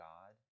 God